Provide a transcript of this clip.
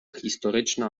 historyczna